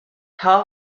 how